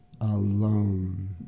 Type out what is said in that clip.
alone